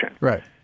Right